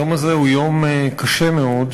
תודה לך, היום הזה הוא יום קשה מאוד.